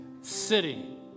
city